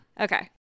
Okay